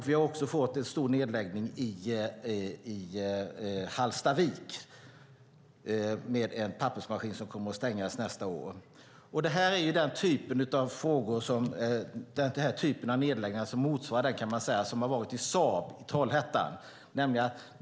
Vi har också fått en stor nedläggning i Hallstavik, där en pappersmaskin kommer att stängas av nästa år. Den här typen av nedläggningar motsvarar Saabs nedläggning i Trollhättan.